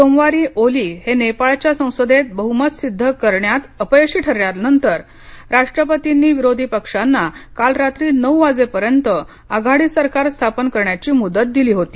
सोमवारी ओली हे नेपाळच्या संसदेत बहुमत सिद्ध करण्या अपयशी ठरल्यानंतर राष्ट्रपतींनी विरोधी पक्षांना काल रात्री नऊ वाजेपर्यंत आघाडी सरकार स्थापन करण्यासाठी मुदत दिली होती